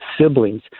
siblings